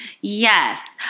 Yes